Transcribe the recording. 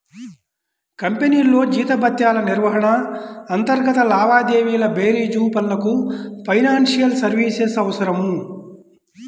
కంపెనీల్లో జీతభత్యాల నిర్వహణ, అంతర్గత లావాదేవీల బేరీజు పనులకు ఫైనాన్షియల్ సర్వీసెస్ అవసరం